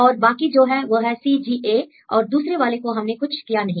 और बाकी जो है वह है CGA और दूसरे वाले को हमने कुछ किया नहीं